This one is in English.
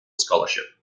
scholarship